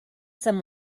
some